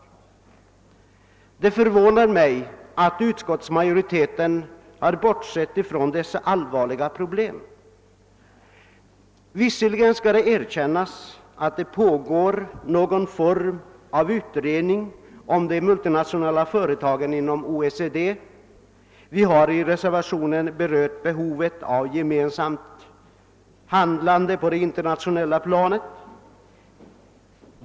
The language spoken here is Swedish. Det förvånar mig att utskottsmajoriteten har bortsett från dessa allvarliga problem. Det skall erkännas att det pågår någon form av utredning om de multinationella företagen inom OECD; vi har i reservationen berört behovet av gemensamt handlande på det inter nationella planet.